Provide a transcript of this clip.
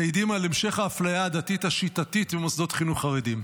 המעידים על המשך האפליה העדתית השיטתית במוסדות חינוך חרדיים.